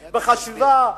בחשיבה,